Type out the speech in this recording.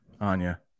Anya